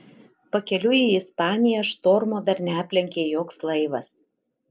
pakeliui į ispaniją štormo dar neaplenkė joks laivas